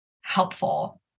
helpful